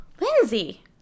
Lindsay